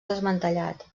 desmantellat